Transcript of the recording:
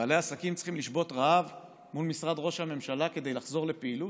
בעלי עסקים צריכים לשבות רעב מול משרד ראש הממשלה כדי לחזור לפעילות?